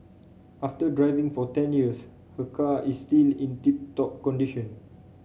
after driving for ten years her car is still in tip top condition